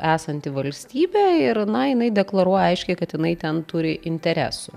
esanti valstybė ir na jinai deklaruoja aiškiai kad jinai ten turi interesų